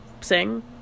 sing